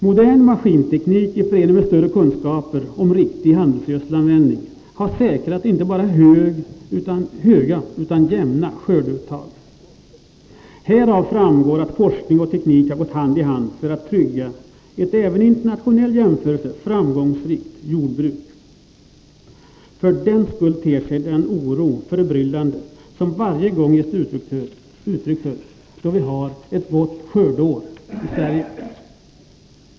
Modern maskinteknik i förening med större kunskaper om riktig handelsgödselanvändning har säkrat inte bara höga utan jämna skördeuttag. Härav framgår att forskning och teknik har gått hand i hand för att trygga ett även i internationell jämförelse framgångsrikt jordbruk. För den skull ter sig den oro förbryllande som det varje gång ges uttryck för då vi har ett gott skördeår i Sverige.